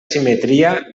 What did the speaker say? simetria